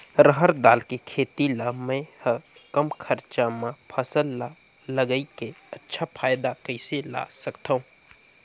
रहर दाल के खेती ला मै ह कम खरचा मा फसल ला लगई के अच्छा फायदा कइसे ला सकथव?